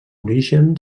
origen